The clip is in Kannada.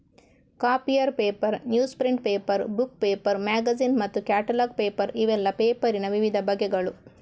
copier paper, news print paper, book paper, magazine ಮತ್ತು ಕ್ಯಾಟಲಾಗ್ ಪೇಪರ್ ಇವೆಲ್ಲ ಪೇಪರಿನ ವಿವಿಧ ಬಗೆಗಳು